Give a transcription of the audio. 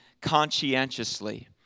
conscientiously